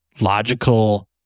logical